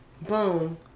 Boom